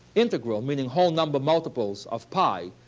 integral, meaning whole-number multiples of pi,